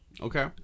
Okay